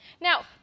Now